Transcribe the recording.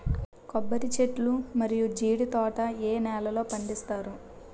కొబ్బరి చెట్లు మరియు జీడీ తోట ఏ నేలల్లో పండిస్తారు?